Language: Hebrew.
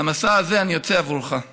למסע הזה אני יוצא עבורך.